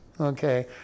okay